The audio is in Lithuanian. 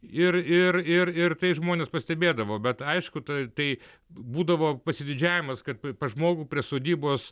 ir ir ir ir tai žmonės pastebėdavo bet aišku tai būdavo pasididžiavimas kad pas žmogų prie sodybos